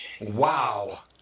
Wow